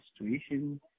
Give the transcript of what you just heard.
situation